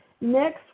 next